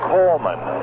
Coleman